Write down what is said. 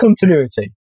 continuity